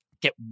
get